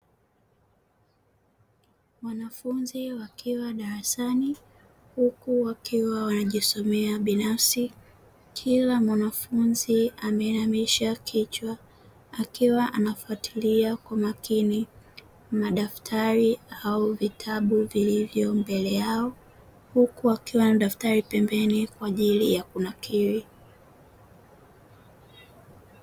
Wanafunzi wakiwa darasani huku wakiwa wanajisomea binafsi. Kila mwanafunzi ameinamisha kichwa akiwa anafuatilia kwa makini madaftari au vitabu vilivyo mbele yao. Huku wakiwa ni daftari pembeni kwa ajili ya kunakili.